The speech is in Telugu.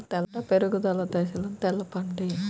పంట పెరుగుదల దశలను తెలపండి?